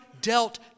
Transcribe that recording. dealt